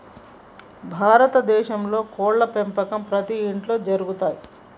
భారత దేశంలో కోడ్ల పెంపకం ప్రతి ఇంట్లో జరుగుతయ్